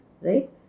right